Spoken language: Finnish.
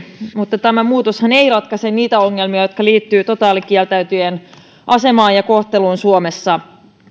mutta muutoshan ei ratkaise niitä ongelmia jotka liittyvät totaalikieltäytyjien asemaan ja kohteluun suomessa